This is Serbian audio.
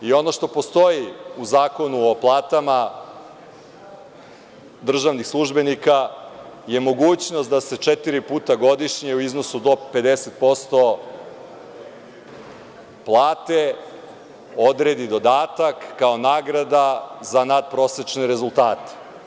I ono što postoji u Zakonu o platama državnih službenika je mogućnost da se četiri puta godišnje u iznosu do 50% plate odredi dodatak, kao nagrada za natprosečne rezultate.